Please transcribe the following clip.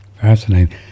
Fascinating